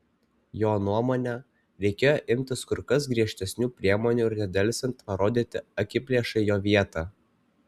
jo nuomone reikėjo imtis kur kas griežtesnių priemonių ir nedelsiant parodyti akiplėšai jo vietą